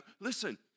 Listen